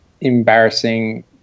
embarrassing